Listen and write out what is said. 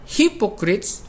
hypocrites